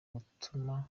gutuma